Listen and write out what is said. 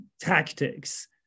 tactics